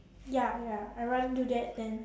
ya ya I rather do that than